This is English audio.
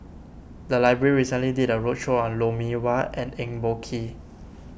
the library recently did a roadshow on Lou Mee Wah and Eng Boh Kee